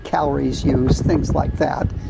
calories used, things like that.